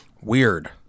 weird